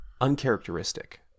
uncharacteristic